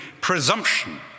presumption